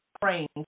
praying